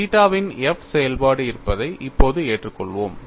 தீட்டாவின் f செயல்பாடு இருப்பதை இப்போது ஏற்றுக்கொள்வோம்